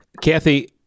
Kathy